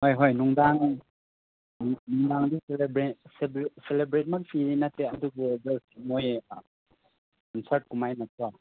ꯍꯣꯏ ꯍꯣꯏ ꯅꯨꯡꯗꯥꯡ ꯅꯨꯡꯗꯥꯡꯁꯨ ꯁꯦꯂꯦꯕ꯭ꯔꯦꯠ ꯁꯦꯂꯦꯕ꯭ꯔꯦꯠ ꯃꯛꯇꯤ ꯅꯠꯇꯦ ꯑꯗꯨꯕꯨ ꯖꯁ ꯃꯈꯣꯏ ꯀꯟꯁ꯭ꯔꯠ ꯀꯃꯥꯏꯅꯀꯣ